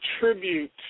tribute